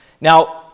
now